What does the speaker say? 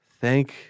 thank